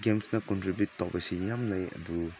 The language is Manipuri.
ꯒꯦꯝꯁꯅ ꯀꯟꯇ꯭ꯔꯤꯕ꯭ꯌꯨꯠ ꯇꯧꯕꯁꯤ ꯌꯥꯝ ꯂꯩ ꯑꯗꯨ